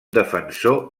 defensor